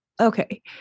Okay